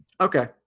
Okay